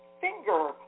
finger